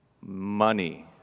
money